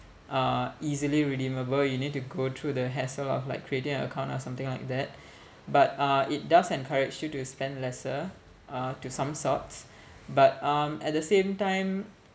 uh easily redeemable you need to go through the hassle of like creating an account or something like that but uh it does encourage you to spend lesser uh to some sorts but um at the same time